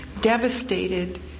devastated